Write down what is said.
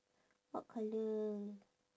what colour